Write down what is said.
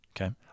Okay